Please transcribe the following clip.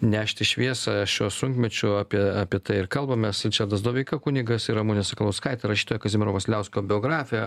nešti šviesą šiuo sunkmečiu apie apie tai ir kalbamės ričardas doveika kunigas ir ramunė sakalauskaitė rašytoja kazimiero vasiliausko biografė